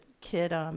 kid